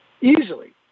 easily